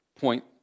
point